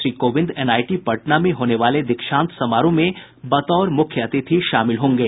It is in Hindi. श्री कोविंद एनआईटी पटना में होने वाले दीक्षांत समारोह में बतौर मुख्य अतिथि शामिल होंगे